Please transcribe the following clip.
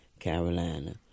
Carolina